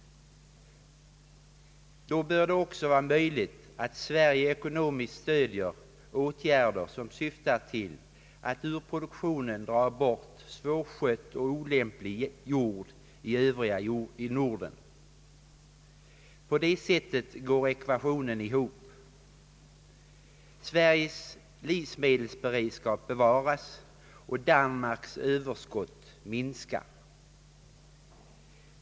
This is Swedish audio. Då bör det också vara möjligt att Sverige ekonomiskt stödjer åtgärder som syftar till att ur produktionen dra bort svårskött och olämplig jord i Norden. På det sättet går ekvationen ihop. Sveriges livsmedelsberedskap bevaras, och Danmarks överskott minskar.